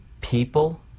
People